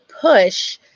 push